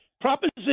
Proposition